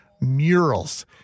murals